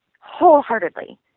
wholeheartedly